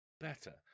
better